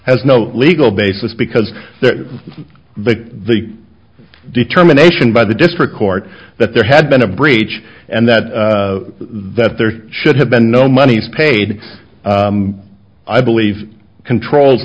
has no legal basis because the determination by the district court that there had been a breach and that that there should have been no monies paid i believe controls